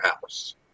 house